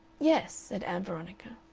yes, said ann veronica,